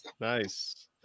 Nice